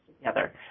together